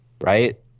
right